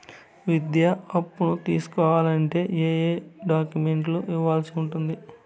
విద్యా అప్పును తీసుకోవాలంటే ఏ ఏ డాక్యుమెంట్లు ఇవ్వాల్సి ఉంటుంది